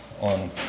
on